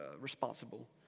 responsible